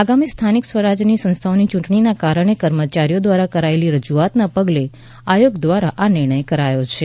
આગામી સ્થાનિક સ્વરાજ્ય સંસ્થાઓની ચૂંટણીને કારણે કર્મચારીઓ દ્વારા કરાયેલી રજૂઆતના પગલે આયોગ દ્વારા આ નિર્ણય કરાયો છે